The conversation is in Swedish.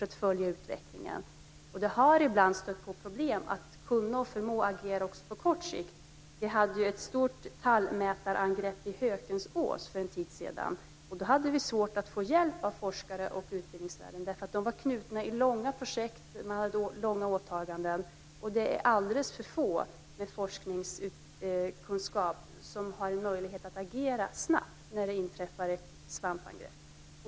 Det har därför ibland uppstått problem när det gäller att agera på kort sikt. Det var ju ett stort tallmätarangrepp i Hökensås för en tid sedan, och då var det svårt att få hjälp av forskar och utbildningsvärlden eftersom man var knuten till långvariga projekt och hade långvariga åtaganden. Det är alldeles för få forskare som har möjlighet att agera snabbt när det inträffar ett svampangrepp.